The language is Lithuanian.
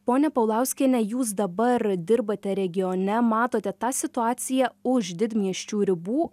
ponia paulauskiene jūs dabar dirbate regione matote tą situaciją už didmiesčių ribų